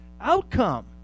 outcome